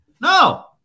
No